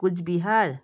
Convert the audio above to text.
Cooch Behar